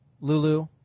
Lulu